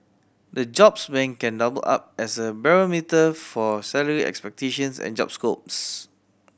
the jobs bank can double up as a barometer for salary expectations and job scopes